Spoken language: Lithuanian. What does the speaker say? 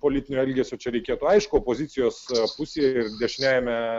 politinio elgesio čia reikėtų aišku opozicijos pusėje ir dešiniajame